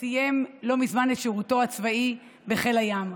סיים לא מזמן את שירותו הצבאי בחיל הים.